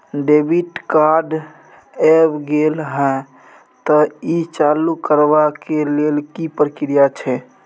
Debit card ऐब गेल हैं त ई चालू करबा के लेल की प्रक्रिया छै?